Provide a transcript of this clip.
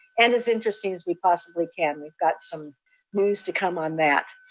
and as interesting as we possibly can. we've got some moves to come on that.